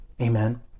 amen